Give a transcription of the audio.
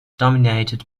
dominated